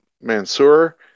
Mansoor